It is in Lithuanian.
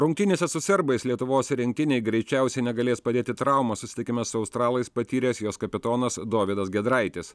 rungtynėse su serbais lietuvos rinktinei greičiausiai negalės padėti traumą susitikime su australais patyręs jos kapitonas dovydas giedraitis